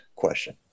question